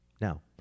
Now